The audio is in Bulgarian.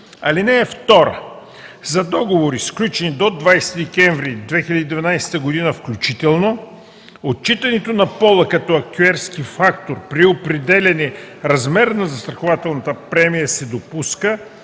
включително. (2) За договори, сключени до 20 декември 2012 г. включително, отчитането на пола като актюерски фактор при определяне размера на застрахователната премия се допуска,